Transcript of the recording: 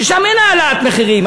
ששם אין העלאת מחירים,